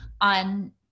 on